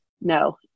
No